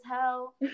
hell